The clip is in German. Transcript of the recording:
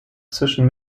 zwischen